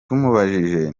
tumubajije